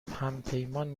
همپیمان